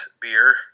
beer